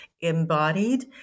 embodied